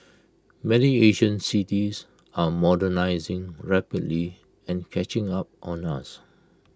many Asian cities are modernising rapidly and catching up on us